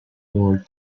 more